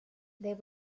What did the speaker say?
there